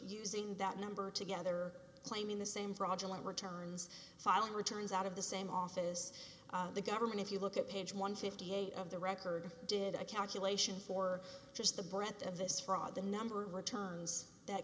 using that number together claiming the same fraudulent returns following returns out of the same office the government if you look at page one hundred fifty eight of the record did a calculation for just the breath of this fraud the number returns that